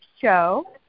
show